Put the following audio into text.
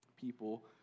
People